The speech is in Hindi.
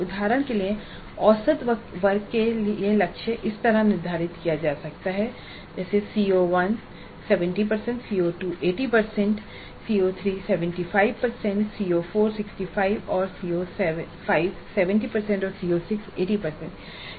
उदाहरण के लिए औसतवर्ग के लिए लक्ष्य इस तरह निर्धारित किया जा सकता है कि CO1 70 प्रतिशत CO2 80 प्रतिशत CO3 75 प्रतिशत CO4 65 प्रतिशत CO5 70 प्रतिशत CO6 80 प्रतिशत है